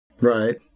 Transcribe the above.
Right